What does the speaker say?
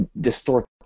distort